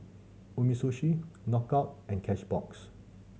Umisushi Knockout and Cashbox